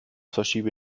verschiebe